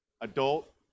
adult